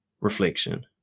reflection